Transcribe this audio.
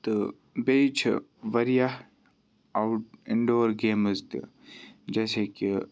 تہٕ بیٚیہِ چھِ واریاہ آوُٹ اِنڈور گیمٕز تہِ جیسے کہِ